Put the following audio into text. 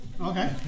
Okay